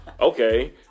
okay